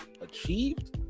achieved